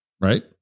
right